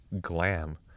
glam